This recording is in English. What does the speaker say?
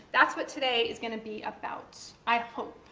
that's what today is going to be about, i hope.